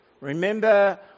Remember